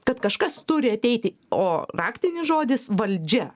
kad kažkas turi ateiti o raktinis žodis valdžia